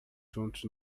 juntos